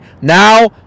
Now